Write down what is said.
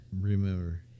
remember